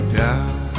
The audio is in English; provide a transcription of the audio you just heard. down